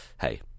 hey